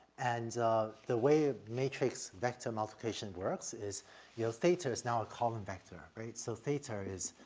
and the way a matrix vector multiplication works is your theta is now a column vector, right? so theta is,